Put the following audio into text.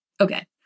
Okay